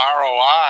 ROI